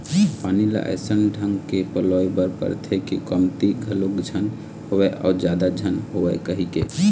पानी ल अइसन ढंग के पलोय बर परथे के कमती घलोक झन होवय अउ जादा झन होवय कहिके